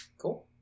Cool